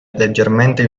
leggermente